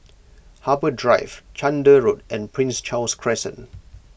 Harbour Drive Chander Road and Prince Charles Crescent